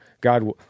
God